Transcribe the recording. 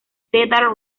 cedar